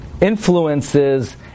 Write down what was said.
influences